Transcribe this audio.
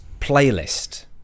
playlist